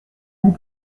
vous